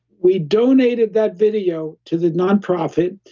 we donated that video to the nonprofit,